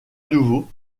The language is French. nouveau